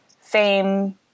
fame